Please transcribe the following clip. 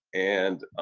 and,